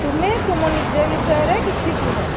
ତୁମେ ତୁମ ନିଜ ବିଷୟରେ କିଛି କୁହ